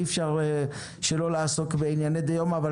אי אפשר שלא לעסוק בענייני דיומא.